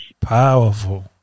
Powerful